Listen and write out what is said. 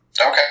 Okay